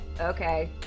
okay